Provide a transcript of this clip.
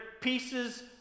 pieces